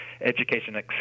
education